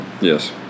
Yes